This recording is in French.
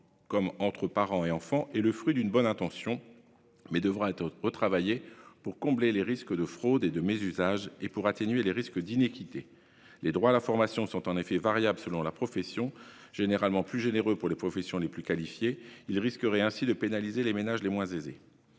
comme entre parents et enfants, est le fruit d'une bonne intention, mais devra être retravaillée pour combler les risques de fraude et de mésusage et pour atténuer les risques d'iniquité. Les droits à la formation sont en effet variables selon la profession, généralement plus généreux pour les professions les plus qualifiées. Cela risquerait donc de pénaliser les ménages les moins aisés.